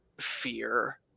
fear